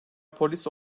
polis